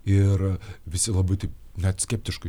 ir visi labai taip net skeptiškai